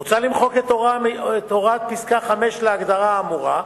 מוצע למחוק את הוראת פסקה (5) להגדרה האמורה,